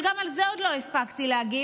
אבל גם על זה עוד לא הספקתי להגיב,